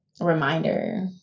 reminder